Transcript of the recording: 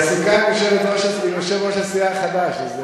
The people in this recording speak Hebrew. היא עסוקה עם יושב-ראש הסיעה החדש, אז,